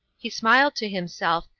he smiled to himself,